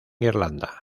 irlanda